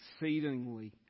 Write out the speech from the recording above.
exceedingly